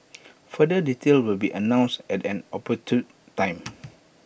further detail will be announced at an opportune time